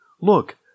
Look